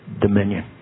dominion